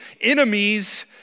enemies